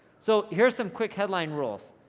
so, here are some quick headline rules.